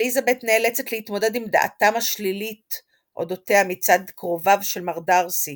אליזבת נאלצת להתמודד עם דעתם השלילית אודותיה מצד קרוביו של מר דארסי